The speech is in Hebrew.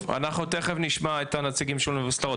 טוב, תכף נשמע את הנציגים של האוניברסיטאות.